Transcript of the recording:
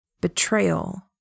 Betrayal